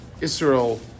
Israel